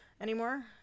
anymore